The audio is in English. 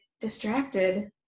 distracted